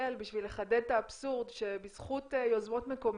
אקבל בשביל לחדד את האבסורד שבזכות יוזמות מקומיות,